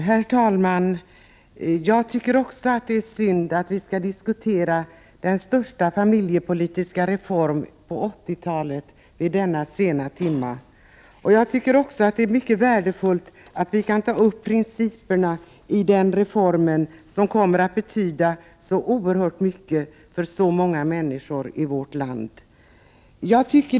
Herr talman! Jag tycker också att det är synd att vi skall diskutera den största familjepolitiska reformen på 1980-talet vid denna sena timma. Det är mycket värdefullt att vi kan ta upp principerna i den reformen, som kommer att betyda så oerhört mycket för så många människor i vårt land.